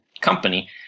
company